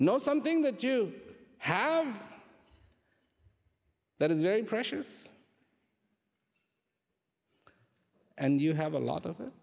know something that you have that is very precious and you have a lot of